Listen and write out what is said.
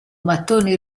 mattoni